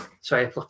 Sorry